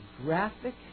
graphic